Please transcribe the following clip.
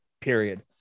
period